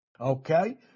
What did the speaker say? Okay